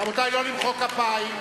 רבותי, לא למחוא כפיים.